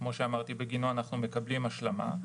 שבגינו אנחנו מקבלים השלמה.